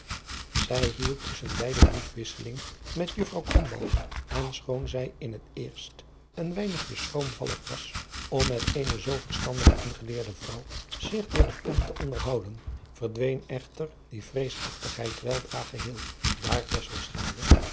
zij hield tusschen beide briefwisseling met juffrouw krombalg en schoon zij in het eerst een weinigje schroomvallig was om met eene zoo verstandige en geleerde vrouw zich door de pen te onderhouden verdween echter die vreesachtigheid weldra geheel daar